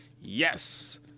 Yes